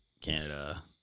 Canada